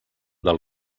del